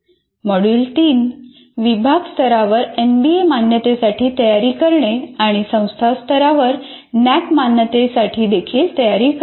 module 4 विभाग स्तरावर NBA मान्यतेसाठी तयारी करणे आणि संस्था स्तरावर नॅक मान्यतेसाठी देखील तयारी करणे